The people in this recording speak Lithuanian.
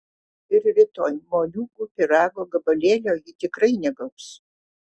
ir rytoj moliūgų pyrago gabalėlio ji tikrai negaus